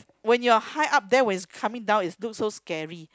when you're high up there when coming down it look so scary